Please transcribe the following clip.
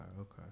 okay